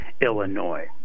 illinois